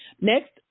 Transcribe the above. Next